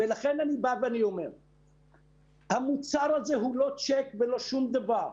לכן אני אומר שהמוצר הזה הוא לא צ'ק ולא שום דבר.